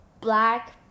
black